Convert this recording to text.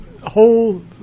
whole